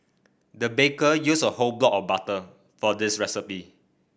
the baker used a whole block of butter for this recipe